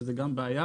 שזה גם בעיה.